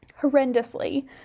horrendously